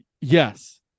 Yes